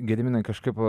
gediminai kažkaip